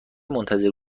منتظر